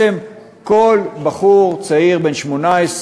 שבעצם כל בחור צעיר בן 18,